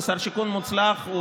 ושר שיכון מוצלח,